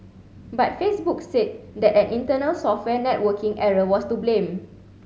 but Facebook said that an internal software networking error was to blame